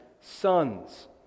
sons